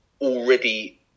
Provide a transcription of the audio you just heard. already